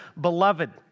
beloved